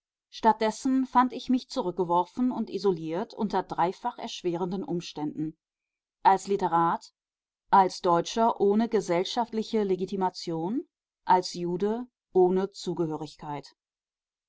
statt dessen fand ich mich zurückgeworfen und isoliert unter dreifach erschwerenden umständen als literat als deutscher ohne gesellschaftliche legitimation als jude ohne zugehörigkeit